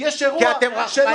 כי אתם רחמנים, רחמנים מאוד.